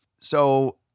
So-